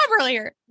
earlier